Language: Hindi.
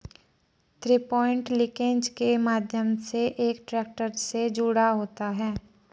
थ्रीपॉइंट लिंकेज के माध्यम से एक ट्रैक्टर से जुड़ा होता है